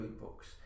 books